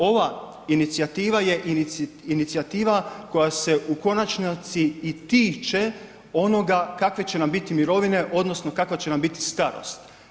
Ova inicijativa je inicijativa koja se u konačnici i tiče onoga kakve će nam biti mirovine odnosno kakva će nam biti starost.